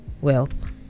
wealth